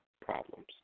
problems